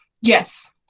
yes